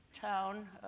town